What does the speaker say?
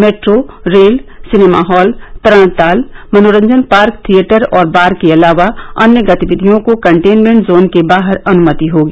metro rail cinema hall तरणताल मनोरंजन park theatre और बार के अलावा अन्य गतिविधियों को कटेनमेंट जोन के बाहर अनुमति होगी